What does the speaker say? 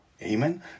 Amen